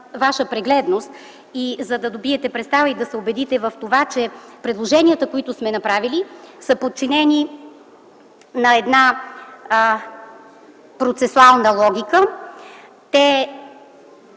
ваша прегледност и за да добиете представа и да се убедите в това, че предложенията, които сме направили, са подчинени на една процесуална логика.